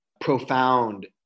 profound